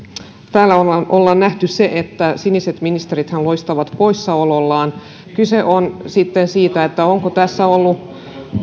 täällä ollaan ollaan nähty se että siniset ministerithän loistavat poissaolollaan kyse on sitten siitä onko tässä ollut